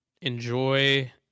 Enjoy